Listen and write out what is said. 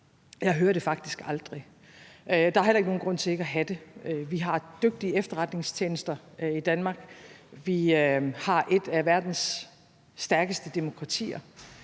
Jeg hører det faktisk aldrig, og der er heller ikke nogen grund til ikke at have det. Vi har dygtige efterretningstjenester i Danmark. Vi har et af verdens stærkeste demokratier.